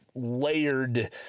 layered